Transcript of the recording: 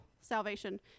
salvation